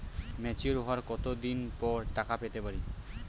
Mature হওয়ার কত দিন পর টাকা পেতে পারি?